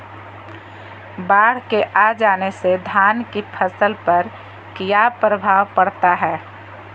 बाढ़ के आ जाने से धान की फसल पर किया प्रभाव पड़ता है?